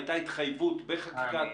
השאלה של חברת הכנסת